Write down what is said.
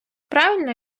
правильно